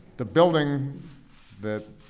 the building that